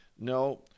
No